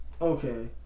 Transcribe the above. okay